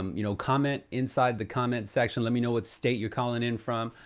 um you know, comment inside the comment section, let me know what state you're calling in from.